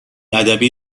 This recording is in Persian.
ادبی